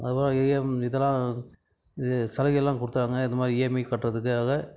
அதுபோல இஎம் இதெல்லாம் இது சலுகைலாம் கொடுத்தாங்க இது மாதிரி இஎம்ஐ கட்டுறதுக்காக